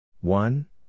one